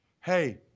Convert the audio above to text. Hey